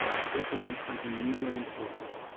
they represent something new and important.